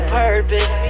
purpose